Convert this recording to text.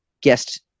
guest